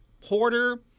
Porter